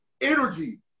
Energy